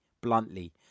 bluntly